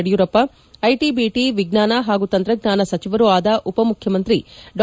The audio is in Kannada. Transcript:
ಯಡಿಯೂರಪ್ಪ ಐಟಿಬಿಟಿ ವಿಜ್ಞಾನ ಮತ್ತು ತಂತ್ರಜ್ಞಾನ ಸಚಿವರೂ ಆದ ಉಪಮುಖ್ಯಮಂತ್ರಿ ಡಾ